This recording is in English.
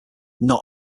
not